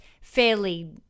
fairly